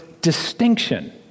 distinction